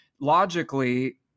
logically